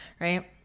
right